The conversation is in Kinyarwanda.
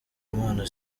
impano